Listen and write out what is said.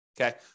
okay